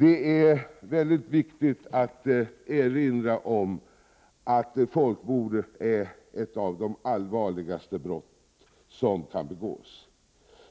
Det är mycket viktigt att erinra om att folkmord är ett av de allvarligaste brott som kan begås.